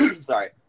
sorry